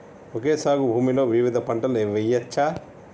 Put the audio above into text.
Okay సాగు భూమిలో వివిధ పంటలు వెయ్యచ్చా?